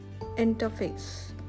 interface